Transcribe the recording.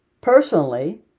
personally